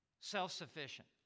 self-sufficient